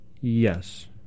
Yes